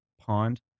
pond